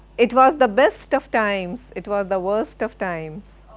it was the best of times it was the worst of times.